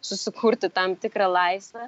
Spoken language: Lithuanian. susikurti tam tikrą laisvę